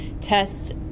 tests